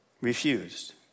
Refused